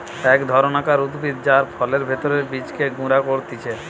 এক ধরণকার উদ্ভিদ যার ফলের ভেতরের বীজকে গুঁড়া করতিছে